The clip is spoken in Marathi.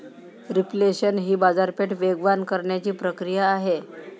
रिफ्लेशन ही बाजारपेठ वेगवान करण्याची प्रक्रिया आहे